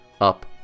up